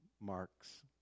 marks